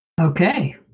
Okay